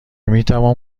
میتوان